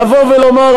לבוא ולומר,